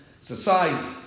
society